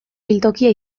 biltokia